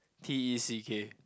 T_E_C_K